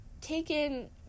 taken